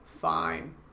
Fine